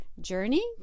journey